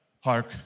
Hark